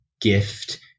gift